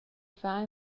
far